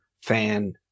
fan